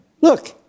look